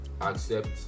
accept